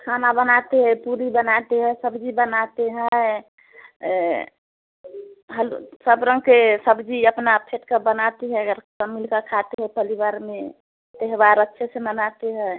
खाना बनाती है पूरी बनाती है सब्ज़ी बनाती हैं सब रंग के सब्ज़ी अपना का बनाती है अगर सब मिलकर खाते हैं परिवार में त्यौहार अच्छे से मनाती हैं